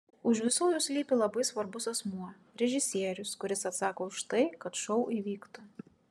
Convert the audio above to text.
už visų jų slypi labai svarbus asmuo režisierius kuris atsako už tai kad šou įvyktų